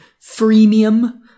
freemium